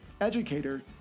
educator